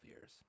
years